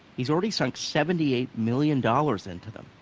he's already sunk seventy eight million dollars into them.